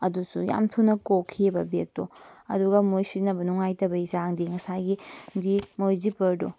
ꯑꯗꯨꯁꯨ ꯌꯥꯝ ꯊꯨꯅ ꯀꯣꯛꯈꯤꯑꯕ ꯕꯦꯒꯇꯣ ꯑꯗꯨꯒ ꯃꯈꯣꯏ ꯁꯤꯖꯤꯟꯅꯕ ꯅꯨꯡꯉꯥꯏꯇꯕꯩ ꯆꯥꯡꯗꯤ ꯉꯁꯥꯏꯒꯤ ꯒꯤ ꯃꯣꯏ ꯖꯤꯞꯄꯔꯗꯣ